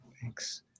Thanks